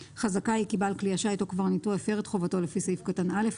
חזקה היא כי בעל כלי השיט או קברניטו הפר את חובתו לפי סעיף קטן (א),